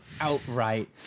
outright